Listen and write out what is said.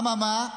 אממה,